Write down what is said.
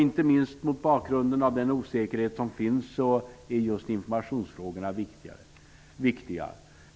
Inte minst mot bakgrund av den osäkerhet som finns är just informationsfrågorna viktiga.